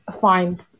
fine